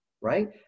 right